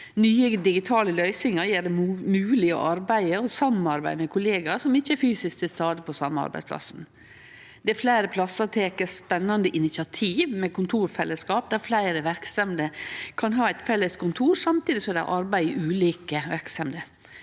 Nye digitale løysingar gjer det mogleg å arbeide og samarbeide med kollegaer som ikkje er fysisk til stades på same arbeidsplassen. På fleire plassar tek ein spennande initiativ med kontorfellesskap der fleire verksemder kan ha eit felles kontor, samtidig som dei arbeider i ulike verksemder.